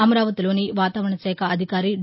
అమరావతిలోని వాతావరణ శాఖ అధికారి డి